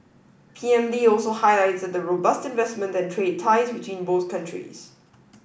P M Lee also highlighted the robust investment and trade ties between both countries